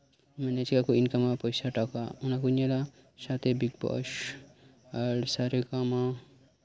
ᱢᱟᱱᱮ ᱪᱮᱫ ᱞᱮᱠᱟ ᱠᱚ ᱤᱱᱠᱟᱢᱟ ᱚᱱᱟ ᱠᱩᱧ ᱧᱮᱞᱟ ᱟᱨ ᱱᱚᱛᱮ ᱵᱤᱜᱽ ᱵᱚᱥ ᱟᱨ ᱥᱟᱨᱮ ᱜᱟᱢᱟ